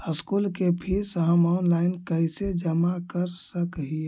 School के fees हम online कैसे जमा कर सक हिय?